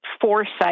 foresight